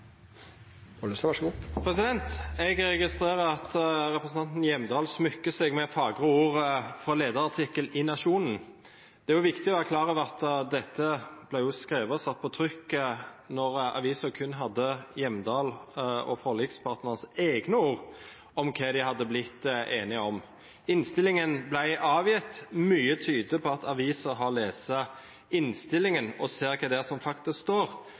Jeg registrerer at representanten Hjemdal smykker seg med fagre ord fra en lederartikkel i Nationen. Det er viktig å være klar over at dette ble skrevet og satt på trykk da avisen kun hadde Hjemdal og forlikspartnernes egne ord om hva de hadde blitt enige om. Innstillingen ble avgitt, og mye tyder på at avisen nå har lest innstillingen og ser hva det er som faktisk står,